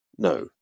No